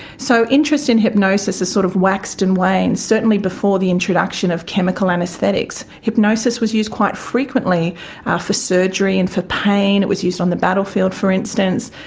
so interest in hypnosis has sort of waxed and waned, certainly before the introduction of chemical anaesthetics. hypnosis was used quite frequently after surgery and for pain, it was used on the battlefield for instance,